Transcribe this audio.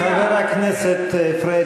חבר הכנסת פריג',